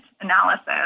analysis